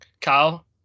kyle